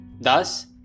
Thus